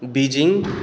Beijing